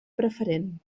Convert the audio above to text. preferent